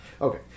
Okay